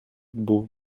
був